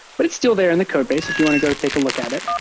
but it's still there in the codebase if you want to go take a look at it.